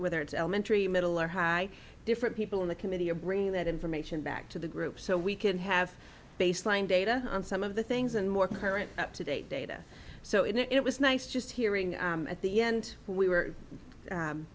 whether it's elementary middle or high different people in the committee are bringing that information back to the group so we can have baseline data on some of the things and more current up to date data so it was nice just hearing at the end we were